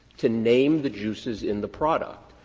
to name the juices in the product.